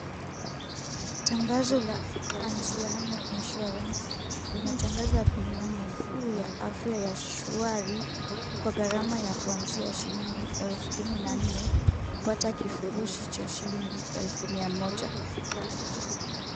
Tangazo la Anziano Insurance linatangaza bima nafuu ya afya ya shwari kwa gharama ya kuanzia shilingi elfu kumi na nne, kupata kifurushi cha shilingi elfu mia moja.